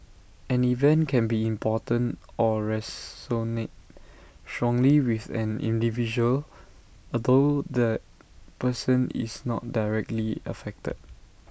an event can be important or resonate strongly with an individual although that person is not directly affected